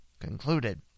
concluded